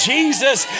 Jesus